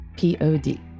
Pod